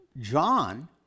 John